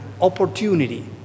opportunity